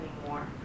anymore